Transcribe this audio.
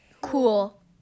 cool